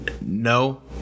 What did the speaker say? No